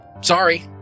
Sorry